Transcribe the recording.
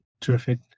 Terrific